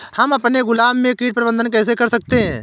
हम अपने गुलाब में कीट प्रबंधन कैसे कर सकते है?